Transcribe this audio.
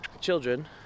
children